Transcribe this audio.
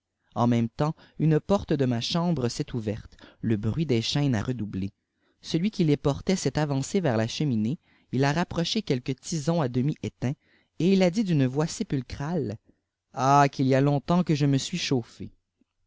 en même temps une porte de ma chambre s'est ouverte le bruit des chaînes a redoublé celui qui les portait s'est avancé vers la cheminée il a rapproché quelcmes tisons à demi éteints et il a dit d'une voix sépulcrale an qu'il y a longtemps que je me suis chauffé